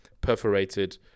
perforated